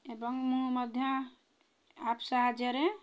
ଏବଂ ମୁଁ ମଧ୍ୟ ଆପ୍ ସାହାଯ୍ୟରେ